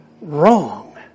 wrong